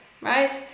right